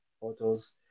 photos